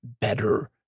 better